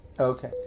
okay